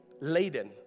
laden